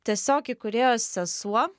tiesiog įkūrėjos sesuo